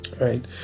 right